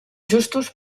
justos